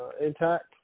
intact